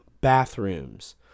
bathrooms